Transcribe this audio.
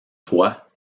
fois